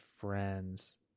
friends